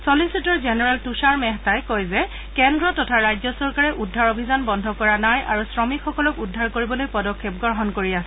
চলিচিটৰ জেনেৰেল তৃষাৰ মেহতাই কয় যে কেন্দ্ৰ তথা ৰাজ্য চৰকাৰে উদ্ধাৰ অভিযান বন্ধ কৰা নাই আৰু শ্ৰমিকসকলক উদ্ধাৰ কৰিবলৈ পদক্ষেপ গ্ৰহণ কৰিছে